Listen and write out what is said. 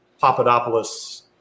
Papadopoulos